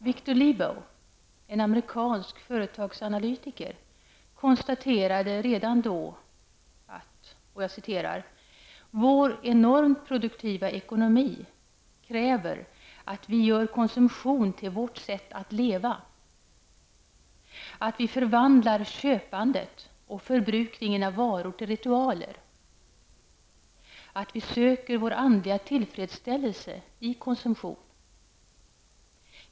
Victor Lebow, en amerikansk företagsanalytiker, konstaterade redan då: ''Vår enormt produktiva ekonomi kräver att vi gör konsumtion till vårt sätt att leva, att vi förvandlar köpandet och förbrukningen av varor till ritualer, att vi söker vår andliga tillfredsställelse i konsumtion.